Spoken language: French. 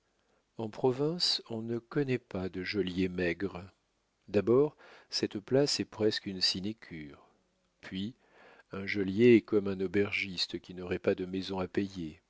en province on ne connaît pas de geôlier maigre d'abord cette place est presque une sinécure puis un geôlier est comme un aubergiste qui n'aurait pas de maison à payer